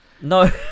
No